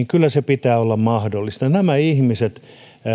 kyllä sen pitää olla mahdollista nämä ihmiset